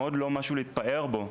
מאוד לא משהו להתפאר בו.